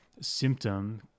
symptom